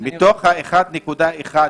מתוך ה-1.1 מיליון